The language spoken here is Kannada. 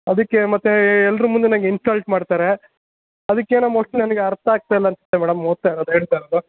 ಅದಕ್ಕೇ ಮತ್ತೆ ಎಲ್ಲರ ಮುಂದೆ ನನಗೆ ಇನ್ಸಲ್ಟ್ ಮಾಡ್ತಾರೇ ಅದಕ್ಕೆನೋ ಮೋಸ್ಟ್ಲಿ ನನ್ಗೆ ಅರ್ಥ ಆಗ್ತಾಯಿಲ್ಲ ಅನಿಸುತ್ತೆ ಮೇಡಮ್ ಓದ್ತಾ ಇರೋದು ಹೇಳ್ತಾ ಇರೋದು